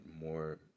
more